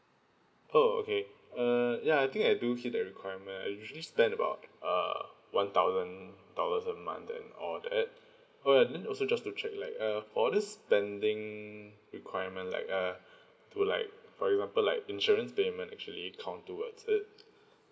oh okay err ya I think I do hit that requirement I usually spend about uh one thousand thousands every month and all that and also just to check like uh all this spending requirement like err to like for example like insurance payment actually count towards it